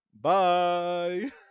Bye